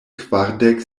kvardek